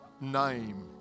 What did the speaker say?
Name